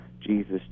Jesus